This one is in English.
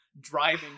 driving